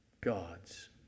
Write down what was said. God's